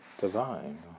Divine